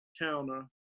counter